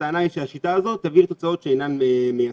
הטענה היא שהשיטה הזאת תביא לתוצאות שאינן מייצגות,